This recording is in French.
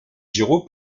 giraud